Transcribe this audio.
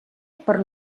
per